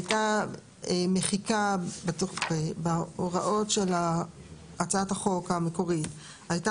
(32) בהוראות הצעת החוק המקורית הייתה